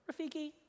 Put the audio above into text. Rafiki